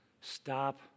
Stop